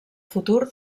futur